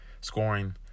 scoring